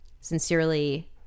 Sincerely